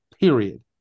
Period